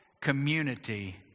community